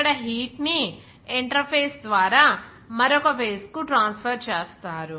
ఇక్కడ హీట్ ని ఇంటర్ఫేస్ ద్వారా మరొక ఫేజ్ కు ట్రాన్స్ఫర్ చేస్తారు